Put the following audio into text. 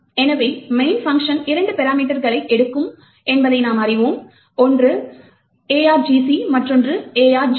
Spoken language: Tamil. எனவே main பங்ஷன் இரண்டு பராமீட்டர்களை எடுக்கும் என்பதை நாம் அறிவோம் ஒன்று argc மற்றொன்று argv